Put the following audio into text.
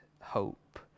hope